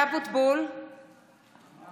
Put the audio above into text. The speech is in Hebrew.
אני